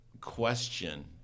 question